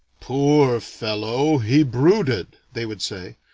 poor fellow, he brooded, they would say.